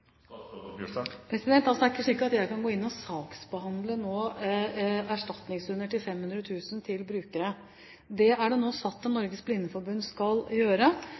Det er ikke slik at jeg nå kan gå inn og saksbehandle erstatningshunder til 500 000 kr til brukere. Det er det nå satt til Norges Blindeforbund å gjøre.